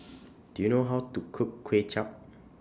Do YOU know How to Cook Kuay Chap